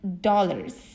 dollars